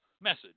message